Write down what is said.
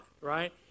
right